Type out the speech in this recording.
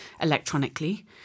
electronically